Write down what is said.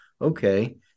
Okay